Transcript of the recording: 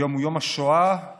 היום הוא יום השואה הבין-לאומי.